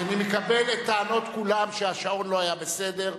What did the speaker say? אני מקבל את טענות כולם, שהשעון לא היה בסדר.